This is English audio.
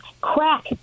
crack